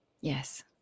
Yes